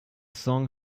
song